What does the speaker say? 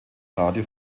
radio